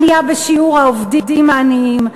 עלייה בשיעור העובדים העניים,